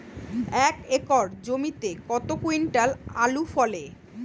এক একর জমিতে কত কুইন্টাল আলু ফলে?